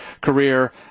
career